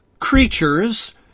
creatures